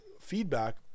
feedback